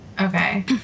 Okay